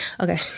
Okay